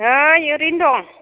नै ओरैनो दं